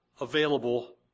available